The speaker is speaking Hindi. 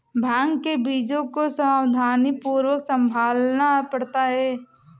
भांग के बीजों को सावधानीपूर्वक संभालना पड़ता है